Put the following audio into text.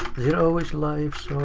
zero is lives,